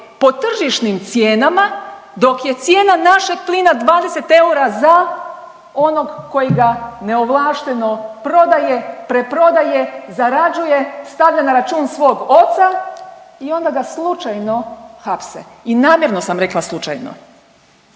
po tržišnim cijenama dok je cijena našeg plina 20 eura za onog koji ga neovlašteno prodaje, preprodaje, zarađuje, stavlja na račun svog oca i onda ga slučajno hapse. I namjerno sam rekla slučajno.